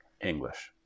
English